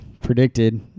predicted